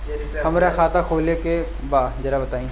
हमरा खाता खोले के बा जरा बताई